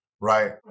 Right